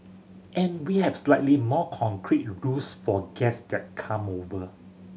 and we have slightly more concrete rules for guest come over